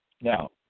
Now